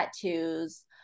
tattoos